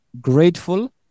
grateful